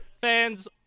fans